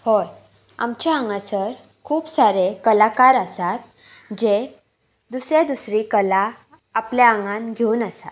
हय आमच्या हांगासर खूब सारे कलाकार आसात जे दुसऱ्या दुसरी कला आपल्या आंगान घेवन आसात